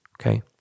okay